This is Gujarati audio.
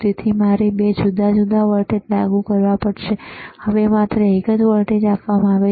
તેથી મારે 2 જુદા જુદા વોલ્ટેજ લાગુ કરવા પડશે હવે માત્ર એક જ વોલ્ટેજ આપવામાં આવે છે